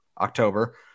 October